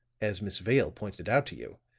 as miss vale pointed out to you.